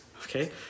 Okay